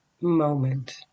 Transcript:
moment